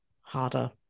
harder